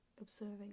observing